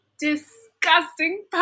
Disgusting